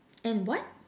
and what